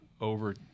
over